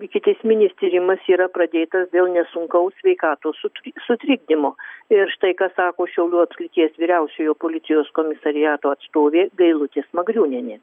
ikiteisminis tyrimas yra pradėtas dėl nesunkaus sveikatos sutrikdymo ir štai ką sako šiaulių apskrities vyriausiojo policijos komisariato atstovė gailutė smagriūnienė